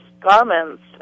garments